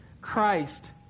Christ